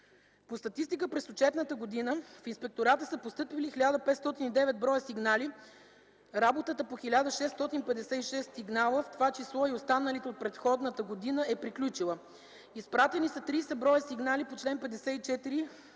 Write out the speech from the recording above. По статистика през отчетната година в инспектората са постъпили 1509 броя сигнали, работата по 1656 сигнала, в това число и останалите от предходната година е приключила. Изпратени са 30 броя сигнали по чл. 54, ал.